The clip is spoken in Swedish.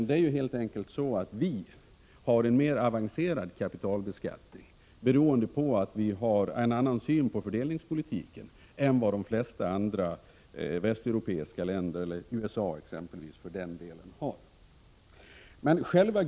Vi har helt enkelt en mer avancerad kapitalbeskattning, beroende på att vi har en annan syn på fördelningspolitiken än vad de flesta andra västeuropeiska länder har — och exempelvis även USA, för den delen.